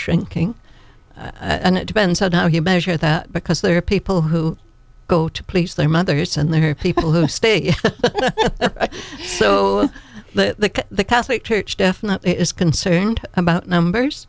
shrinking and it depends on how you measure that because there are people who go to please their mothers and there are people who state so the catholic church definitely is concerned about numbers